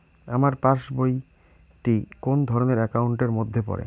আমার পাশ বই টি কোন ধরণের একাউন্ট এর মধ্যে পড়ে?